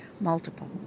multiple